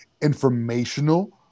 informational